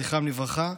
זכרם לברכה,